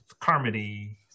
Carmody